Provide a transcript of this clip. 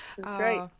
great